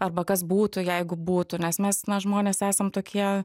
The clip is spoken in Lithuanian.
arba kas būtų jeigu būtų nes mes na žmonės esam tokie